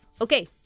Okay